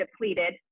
depleted